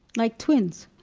like twins